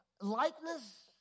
likeness